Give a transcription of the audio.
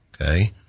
Okay